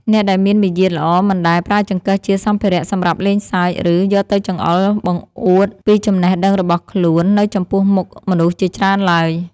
អ្នកដែលមានមារយាទល្អមិនដែលប្រើចង្កឹះជាសម្ភារៈសម្រាប់លេងសើច ឬ យកទៅចង្អុលបង្អួតពីចំណេះដឹងរបស់ខ្លួននៅចំពោះមុខមនុស្សជាច្រើនឡើយ។